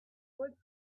would